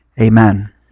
Amen